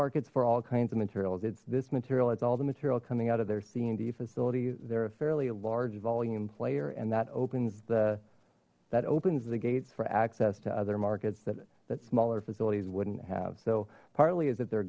markets for all kinds of materials it's this material it's all the material coming out of their cd facility they're a fairly large volume player and that opens the that opens the gates for access to other markets that that smaller facilities wouldn't have so partly is that they're